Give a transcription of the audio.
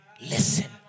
listen